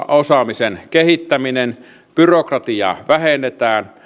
osaamisen kehittäminen byrokratiaa vähennetään